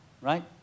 Right